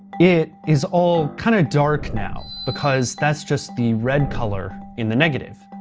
it is all kind of dark now, because that's just the red color in the negative.